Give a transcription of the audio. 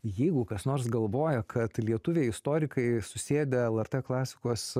jeigu kas nors galvoja kad lietuviai istorikai susėdę lrt klasikos